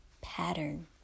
pattern